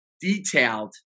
detailed